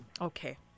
Okay